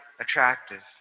attractive